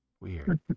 Weird